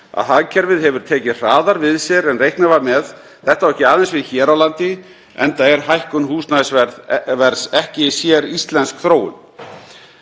að hagkerfið hefur tekið hraðar við sér en reiknað var með. Þetta á ekki aðeins við hér á landi enda er hækkun húsnæðisverðs ekki séríslensk þróun.